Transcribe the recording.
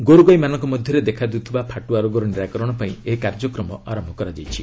ଗୋରୁଗାଇମାନଙ୍କ ମଧ୍ୟରେ ଦେଖାଦେଉଥିବା ଫାଟୁଆ ରୋଗର ନିରାକରଣ ପାଇଁ ଏହି କାର୍ଯ୍ୟକ୍ରମ ଆରମ୍ଭ କରାଯାଇଛି